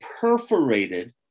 perforated